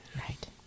Right